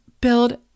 build